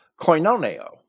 koinoneo